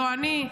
זו לא אני.